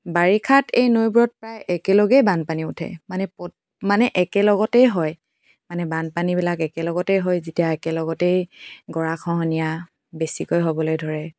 বাৰিষাত এই নৈবোৰত প্ৰায় একেলগেই বানপানী উঠে মানে পত মানে একেলগতেই হয় মানে বানপানীবিলাক একেলগতেই হয় যেতিয়া একেলগতেই গৰাখহনীয়া বেছিকৈ হ'বলৈ ধৰে